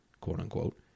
quote-unquote